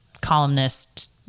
columnist